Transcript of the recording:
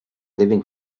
living